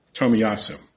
Tomiyasu